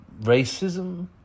Racism